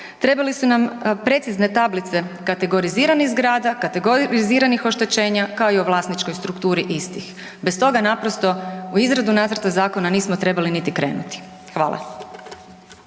Trebali su nam precizne tablice kategoriziranih zgrada, kategoriziranih oštećenja, kao i o vlasničkoj strukturi istih, bez toga naprosto u izradu nacrta zakona nismo trebali niti krenuti. Hvala.